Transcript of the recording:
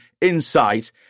insight